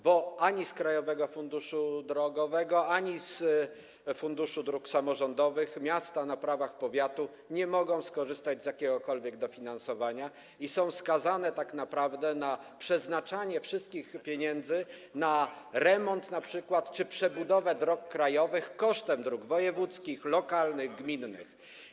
Bo ani z Krajowego Funduszu Drogowego, ani z Funduszu Dróg Samorządowych miasta na prawach powiatu nie mogą skorzystać z jakiegokolwiek dofinansowania i są skazane tak naprawdę na przeznaczanie wszystkich pieniędzy na remont np. czy przebudowę dróg krajowych kosztem dróg wojewódzkich, lokalnych i gminnych.